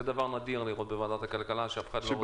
זה דבר נדיר לראות בוועדת הכלכלה שאף אחד לא רוצה להתייחס.